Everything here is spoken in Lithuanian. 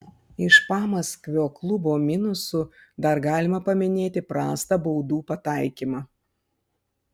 iš pamaskvio klubo minusų dar galima paminėti prastą baudų pataikymą